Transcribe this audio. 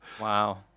Wow